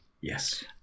Yes